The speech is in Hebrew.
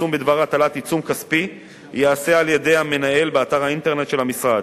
פרסום בדבר הטלת עיצום כספי ייעשה על-ידי המנהל באתר האינטרנט של המשרד,